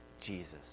Jesus